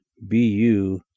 BU